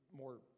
more